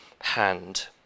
hand